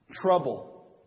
trouble